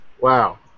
Wow